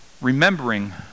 Remembering